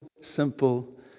simple